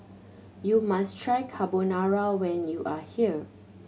you must try Carbonara when you are here